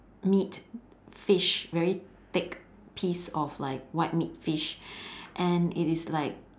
meat fish very thick piece of like white meat fish and it is like